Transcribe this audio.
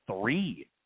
three